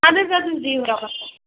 اَدٕ حظ اَدٕ حظ بیٚہِو رۄبَس حَوالہٕ